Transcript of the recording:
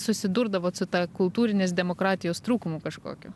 susidurdavot su ta kultūrinės demokratijos trūkumu kažkokiu